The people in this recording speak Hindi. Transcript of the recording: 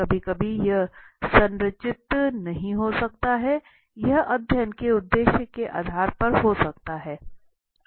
कभी कभी यह संरचित नहीं हो सकता है यह अध्ययन के उद्देश्य के आधार पर हो सकता है